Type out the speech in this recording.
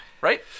Right